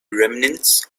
remnants